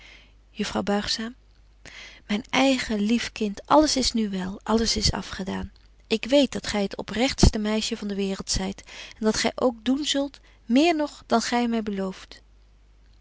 juffrouw buigzaam myn eigen lief kind alles is nu wel alles is afgedaan ik weet dat gy het oprechtste meisje van de waereld zyt en dat gy ook doen zult méér nog dan gy my belooft